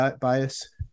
bias